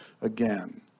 again